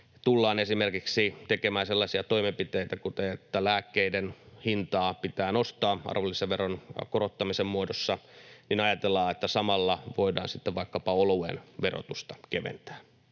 tullaan esimerkiksi tekemään sellaisia toimenpiteitä, kuten että lääkkeiden hintaa pitää nostaa arvonlisäveron korottamisen muodossa, niin ajatellaan, että samalla voidaan sitten vaikkapa oluen verotusta keventää.